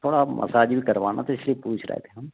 थोड़ा मसाज भी करवाना था इसलिए पूछ रहे थे हम